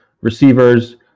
receivers